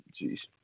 jeez